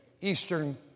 eastern